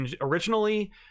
originally